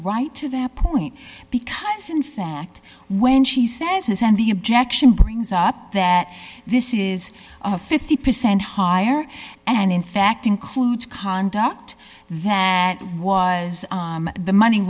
right to that point because in fact when she says and the objection brings up that this is a fifty percent higher and in fact include conduct that was the money